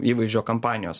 įvaizdžio kampanijos